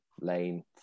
lane